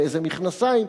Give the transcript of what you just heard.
ואיזה מכנסיים,